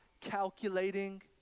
calculating